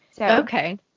Okay